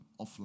offline